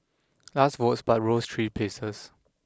lost votes but rose three places